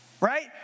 Right